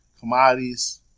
Commodities